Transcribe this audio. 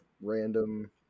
random